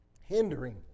hindering